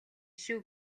шүү